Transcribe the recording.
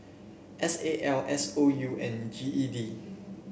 S A L S O U and G E D